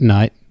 Night